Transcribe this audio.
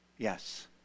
Yes